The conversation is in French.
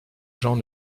gens